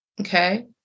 okay